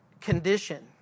condition